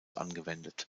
angewendet